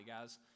guys